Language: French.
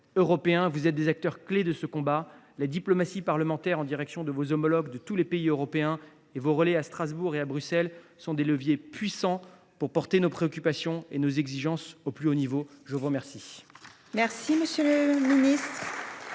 européens. Vous êtes des acteurs clés de ce combat. La diplomatie parlementaire en direction de vos homologues de tous les pays européens et vos relais à Strasbourg et à Bruxelles sont des leviers puissants pour porter nos préoccupations et nos exigences au plus haut niveau. La parole